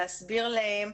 להסביר להם,